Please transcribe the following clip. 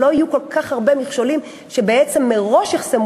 שלא יהיו כל כך הרבה מכשולים שבעצם מראש יחסמו